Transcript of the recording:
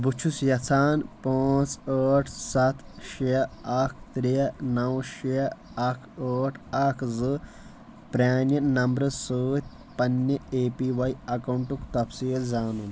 بے چھُس یژھان پانژھ ٲٹھ سَتھ شےٚ اکھ ترٛےٚ نَو شےٚ اکھ ٲٹھ اکھ زٕ پرٛانہِ نمبرٕ سۭتۍ پننہِ اے پی واے اکاونٹُک تَفصیٖل زانُن